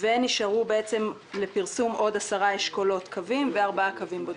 ונשארו לפרסום עוד עשרה אשכולות קווים וארבעה קווים בודדים.